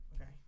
okay